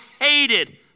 hated